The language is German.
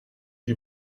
wie